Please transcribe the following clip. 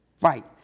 Right